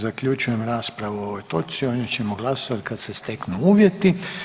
Time zaključujem raspravu o ovoj točci, o njoj ćemo glasovati kad se steknu uvjeti.